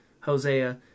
Hosea